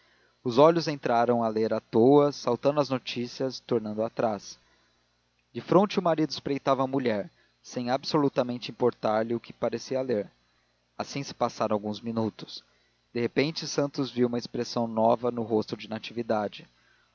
os olhos entraram a ler à toa saltando as notícias tornando atrás defronte o marido espreitava a mulher sem absolutamente importar lhe o que parecia ler assim se passaram alguns minutos de repente santos viu uma expressão nova no rosto de natividade